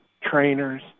trainers